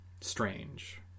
strange